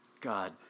God